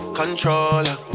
controller